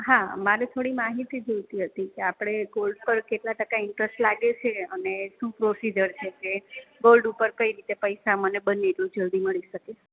હા મારે થોડી માહિતી જોઈતી હતી કે આપણે ગોલ્ડ પર કેટલા ટકા ઇન્ટરસ્ટ લાગે છે અને શું પ્રોસીજર છે કે ગોલ્ડ ઉપર કઈ રીતે પૈસા મને બને એટલું જલ્દી મળી શકે